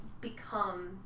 become